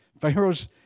Pharaoh's